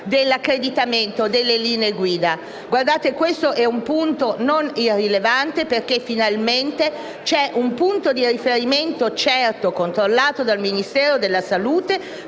dell'accreditamento delle linee guida. Badate che è un punto non irrilevante, perché finalmente c'è un ente di riferimento certo e controllato dal Ministero della salute